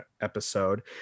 episode